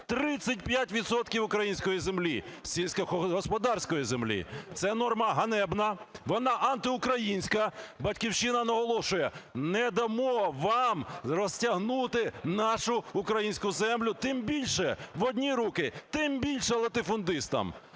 української землі, сільськогосподарської землі. Це норма ганебна, вона антиукраїнська. "Батьківщина" наголошує: не дамо вам розтягнути нашу українську землю, тим більше в одні руки, тим більше латифундистам.